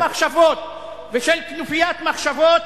ושל כנופיית מחשבות